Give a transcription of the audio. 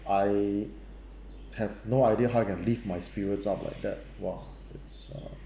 I have no idea how I can lift my spirits up like that !wah! it's a